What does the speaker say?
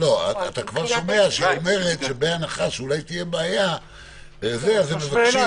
היא אומרת שאם תהיה בעיה - הם מבקשים.